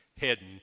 Heading